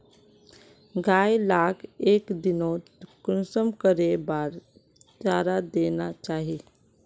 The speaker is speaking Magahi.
गाय लाक एक दिनोत कुंसम करे बार चारा देना चही?